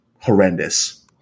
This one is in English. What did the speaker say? horrendous